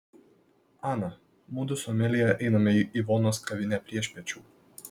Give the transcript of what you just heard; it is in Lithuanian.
ana mudu su amelija einame į ivonos kavinę priešpiečių